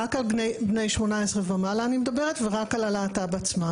רק על בני 18 ומעלה אני מדברת ורק על הלהט"ב עצמם.